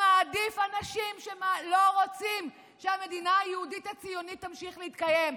ומעדיף אנשים שלא רוצים שהמדינה היהודית הציונית תמשיך להתקיים,